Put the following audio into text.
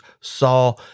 saw